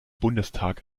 bundestag